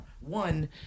One